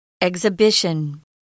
Exhibition